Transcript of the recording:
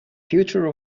future